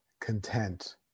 content